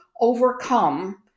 overcome